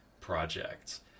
projects